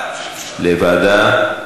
לוועדה.